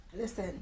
listen